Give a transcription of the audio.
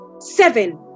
Seven